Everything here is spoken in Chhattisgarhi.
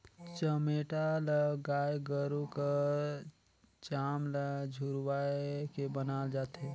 चमेटा ल गाय गरू कर चाम ल झुरवाए के बनाल जाथे